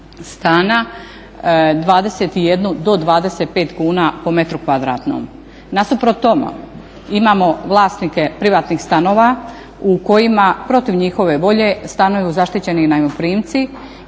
stana 21 do 25 po m2. Nasuprot tomu imamo vlasnike privatnih stanova u kojima protiv njihove volje stanuju zaštićeni najmoprimci